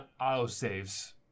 autosaves